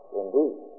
indeed